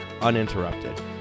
uninterrupted